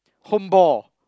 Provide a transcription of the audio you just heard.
home ball